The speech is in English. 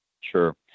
Sure